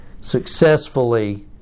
successfully